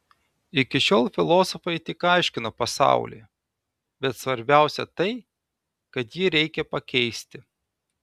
iki šiol filosofai tik aiškino pasaulį bet svarbiausia tai kad jį reikia pakeisti